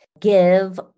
Give